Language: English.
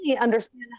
understand